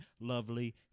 lovely